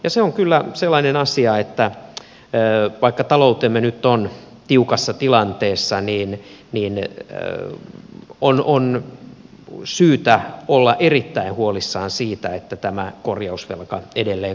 se on kyllä sellainen asia että vaikka taloutemme nyt on tiukassa tilanteessa niin on syytä olla erittäin huolissaan siitä että tämä korjausvelka edelleen kasvaa